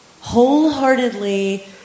Wholeheartedly